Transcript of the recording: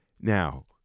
Now